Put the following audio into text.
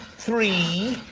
three,